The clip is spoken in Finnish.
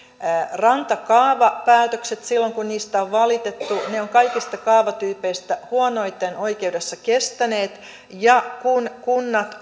rantakaavapäätökset silloin kun niistä on valitettu ovat kaikista kaavatyypeistä huonoiten oikeudessa kestäneet kun kunnat